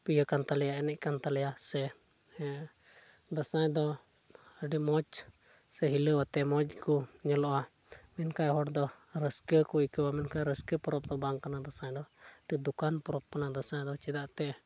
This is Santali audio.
ᱤᱭᱟᱹ ᱠᱟᱱ ᱛᱟᱞᱮᱭᱟ ᱮᱱᱮᱡ ᱠᱟᱱ ᱛᱟᱞᱮᱭᱟ ᱥᱮ ᱦᱮᱸ ᱫᱟᱸᱥᱟᱭ ᱫᱚ ᱟᱹᱰᱤ ᱢᱚᱡᱽ ᱥᱮ ᱦᱤᱞᱟᱹᱣ ᱟᱛᱮ ᱢᱚᱡᱽ ᱜᱮᱠᱚ ᱧᱮᱞᱚᱜᱼᱟ ᱢᱮᱱᱠᱷᱟᱡ ᱦᱚᱲ ᱫᱚ ᱨᱟᱹᱥᱠᱟᱹ ᱜᱮᱠᱚ ᱟᱹᱭᱠᱟᱹᱣᱟ ᱢᱮᱱᱠᱷᱟᱱ ᱨᱟᱹᱨᱥᱠᱟᱹ ᱯᱚᱨᱚᱵᱽ ᱫᱚ ᱵᱟᱝ ᱠᱟᱱᱟ ᱫᱟᱸᱥᱟᱭ ᱫᱚ ᱟᱹᱰᱤ ᱫᱩᱠᱼᱟᱱ ᱯᱚᱨᱚᱵᱽ ᱠᱟᱱᱟ ᱫᱟᱸᱥᱟᱭ ᱫᱚ ᱪᱮᱫᱟᱜ ᱛᱮ